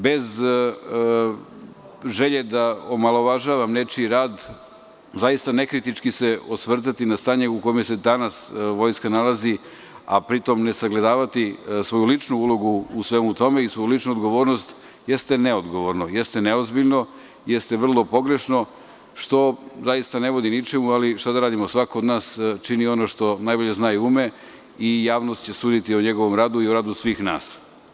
Bez želje da omalovažavam nečiji rad, zaista nekritički se osvrtati na stanje u kome se danas vojska nalazi, a pri tom ne sagledavati svoju ličnu ulogu u svemu tome i svoju ličnu odgovornost jeste neodgovorno, jeste neozbiljno, jeste vrlo pogrešno, što ne vodi ničemu, ali šta da radimo, svako od nas čini ono što najbolje zna i ume i javnost će suditi o njegovom radu i radu svih nas.